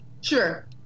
Sure